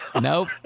nope